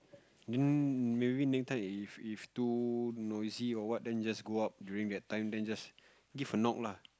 then maybe next time if if too noisy or what then you just go out during that time then just give a knock lah